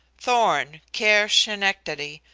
thorn, care schenectady,